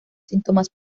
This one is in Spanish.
síntomas